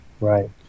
Right